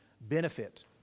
benefit